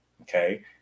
Okay